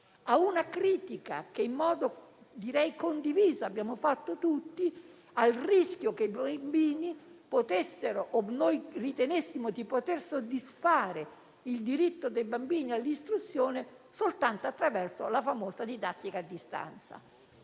a una critica che - in modo direi condiviso - abbiamo mosso tutti rispetto al rischio che noi ritenessimo di poter soddisfare il diritto dei bambini all'istruzione soltanto attraverso la famosa didattica a distanza.